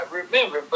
remember